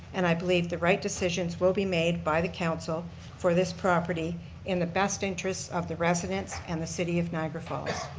and i believe the right decisions will be made by the council for this property in the best interest of the residents and the city of niagara falls.